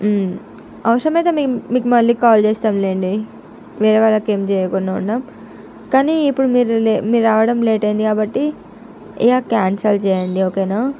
అవసరం అయితే మేము మీకు మళ్ళీ కాల్ చేస్తాం లేండి వేరే వాళ్ళకు ఏమి చేయకుండా ఉండం కానీ ఇప్పుడు మీరు లే మీరు రావడం లేట్ అయ్యింది కాబట్టి యా క్యాన్సిల్ చేయండి ఓకేనా